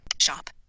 Shop